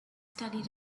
studied